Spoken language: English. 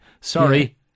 sorry